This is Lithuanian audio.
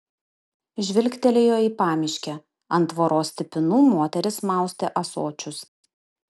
žvilgtelėjo į pamiškę ant tvoros stipinų moteris maustė ąsočius